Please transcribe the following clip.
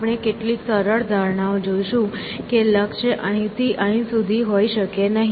આપણે કેટલીક સરળ ધારણાઓ જોઈશું કે લક્ષ્ય અહીંથી અહીં સુધીની હોઈ શકે નહીં